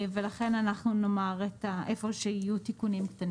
ולכן אנחנו נאמר איפה שיהיו תיקונים קטנים.